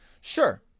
Sure